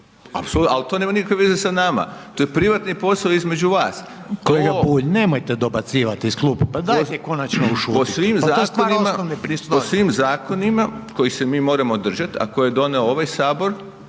Ali to nema nikakve veze sa nama. To je privatni posao između vas. … /Upadica Reiner: Kolega Bulj, nemojte dobacivati iz klupe. Pa dajte … konačno ušutiti…/… Po svim zakonima kojih se mi moramo držati, a koje je donio ovaj Sabor